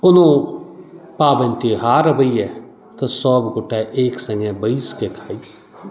कोनो पाबनि तिहार अबैया तऽ सब गोटे एक सङ्गे बैसके खाइत छी